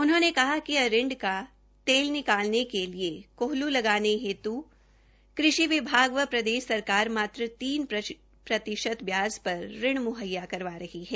उन्होंने कहा कि अरिंड का तेल निकालने के लिए कोल्ह् लगाने हेत् कृषि विभाग व प्रदेश सरकार मात्र तीन प्रतिशत ब्याज पर ऋण म्हैया करवा रही है